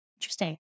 Interesting